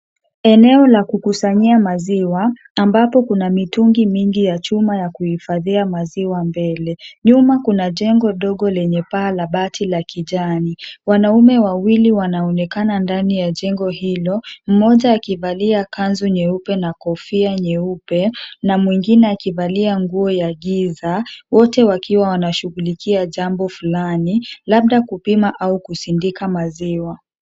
Eneo la kukusanyia maziwa ambapo kuna mitungi mingi ya chuma ya kuhifadhia maziwa mbele. Nyuma kuna jengo dogo lenye paa la bati la kijani. Wanaume wawili wanaonekana ndani ya jengo hilo mmoja akivalia kanzu nyeupe na kofia nyeupe na mwengine akivalia nguo ya giza wote wakiwa wanashughulikia jambo fulani labda kupima au kusindika maziwa.